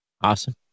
Awesome